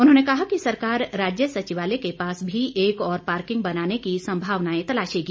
उन्होंने कहा कि सरकार राज्य सचिवालय के पास भी एक और पार्किंग बनाने की संभावनाएं तलाशेगी